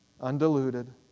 undiluted